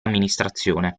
amministrazione